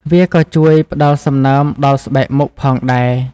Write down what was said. វាក៏ជួយ ផ្ដល់សំណើមដល់ស្បែកមុខ ផងដែរ។